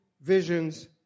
visions